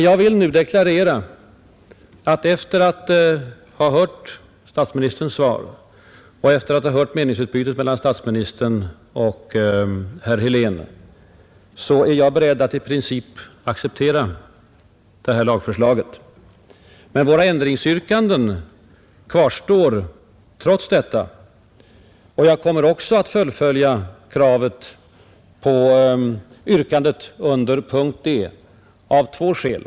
Jag vill deklarera, att efter att ha hört statsministerns svar och efter att ha hört meningsutbytet mellan statsministern och herr Helén så är jag beredd att i princip acceptera det föreliggande lagförslaget. Men våra ändringsyrkanden kvarstår trots detta. Jag kommer också att fullfölja kravet på yrkandet under punkten D av två skäl.